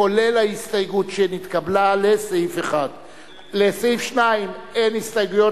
כולל ההסתייגות שנתקבלה לסעיף 1. לסעיף 2 אין הסתייגויות.